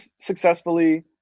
successfully